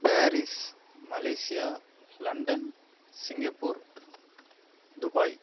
Paris Malaysia London Singapore Dubai